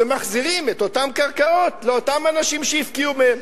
ומחזירים את אותן קרקעות לאנשים שהפקיעו מהם.